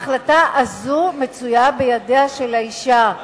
ההחלטה הזאת מצויה בידיה של האשה.